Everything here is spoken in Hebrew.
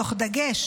תוך דגש